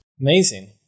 Amazing